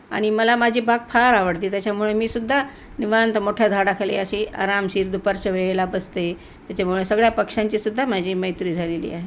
आणि मला माझी बाग फार आवडते त्याच्यामुळे मीसुद्धा निवांंत मोठ्या झाडाखाली अशी आरामशीर दुपारच्या वेळेला बसते त्याच्यामुळे सगळ्या पक्षांचीसुद्धा माझी मैत्री झालेली आहे